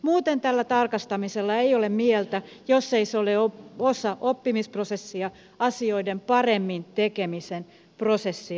muuten tällä tarkastamisella ei ole mieltä jos se ei ole osa oppimisprosessia asioiden paremmin tekemisen prosessia